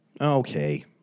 Okay